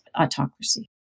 autocracy